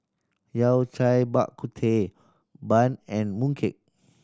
Yao Cai Bak Kut Teh bun and mooncake